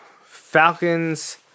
Falcons